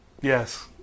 Yes